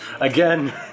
again